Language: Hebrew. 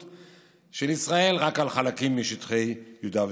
של ישראל רק על חלקים משטחי יהודה ושומרון.